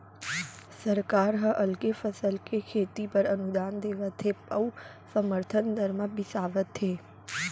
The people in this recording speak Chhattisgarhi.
सरकार ह अलगे फसल के खेती बर अनुदान देवत हे अउ समरथन दर म बिसावत हे